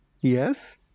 Yes